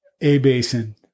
A-Basin